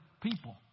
people